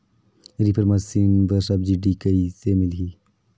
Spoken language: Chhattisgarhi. रीपर मशीन बर सब्सिडी कइसे मिलही?